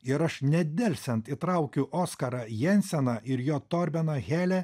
ir aš nedelsiant įtraukiu oskarą jenseną ir jo torbeną helę